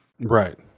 Right